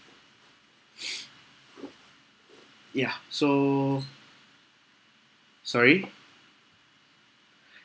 ya so sorry